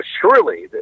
surely